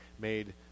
made